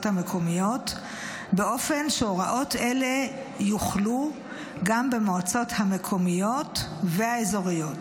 המקומיות באופן שהוראות אלו יוחלו גם במועצות המקומיות והאזוריות.